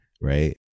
Right